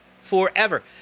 forever